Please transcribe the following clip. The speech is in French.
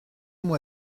moi